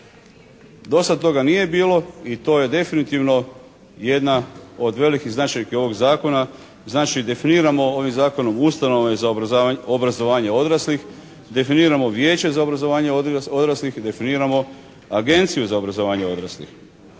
Do sad toga nije bilo i to je definitivno jedna od velikih značajki ovog Zakona. Znači definiramo ovim Zakonom ustanove za obrazovanje odraslih, definiramo vijeće za obrazovanje odraslih, definiramo agenciju za obrazovanje odraslih.